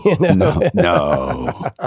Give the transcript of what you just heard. No